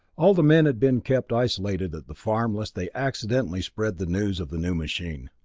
all the men had been kept isolated at the farm, lest they accidentally spread the news of the new machine.